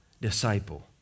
disciple